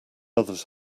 others